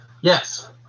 Yes